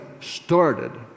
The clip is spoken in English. started